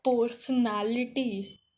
personality